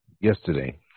yesterday